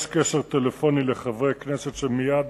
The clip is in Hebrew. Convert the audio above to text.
יש קשר טלפוני לחברי כנסת ומייד